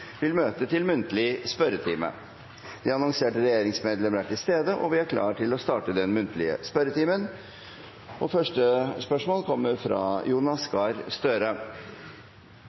vil møte til muntlig spørretime. De annonserte regjeringsmedlemmer er til stede, og vi er klare til å starte den muntlige spørretimen. Vi starter med første hovedspørsmål, fra representanten Jonas Gahr Støre